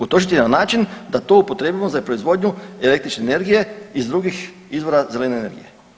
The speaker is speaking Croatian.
Utrošiti na način da to upotrijebimo za proizvodnju električne energije iz drugih izvora zelene energije.